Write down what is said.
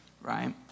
right